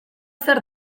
zer